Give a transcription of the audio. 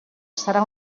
serà